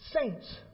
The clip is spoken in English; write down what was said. saints